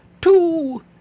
two